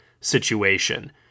situation